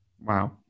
Wow